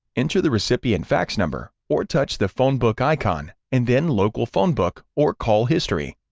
enter the recipient fax number, or touch the phone book icon, and then local phone book or call history.